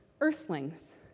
earthlings